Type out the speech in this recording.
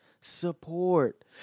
Support